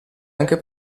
anche